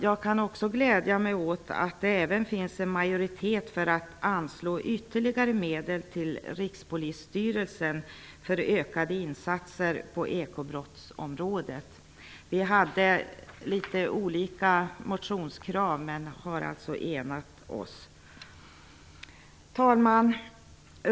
Jag kan glädja mig åt att det nu även finns en majoritet för att anslå ytterligare medel till Rikspolisstyrelsen för ökade insatser på ekobrottsområdet. Vi hade litet olika motionskrav men har alltså enat oss. Herr talman!